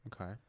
Okay